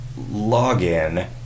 Login